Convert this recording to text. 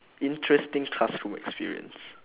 interesting classroom experience